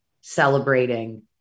celebrating